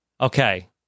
Okay